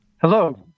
Hello